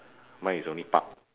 mine is only park